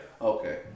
Okay